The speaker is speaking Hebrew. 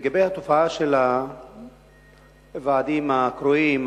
לגבי התופעה של הוועדים הקרואים.